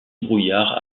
brouillard